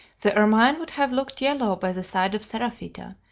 the ermine would have looked yellow by the side of seraphita,